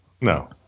No